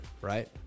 right